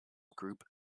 group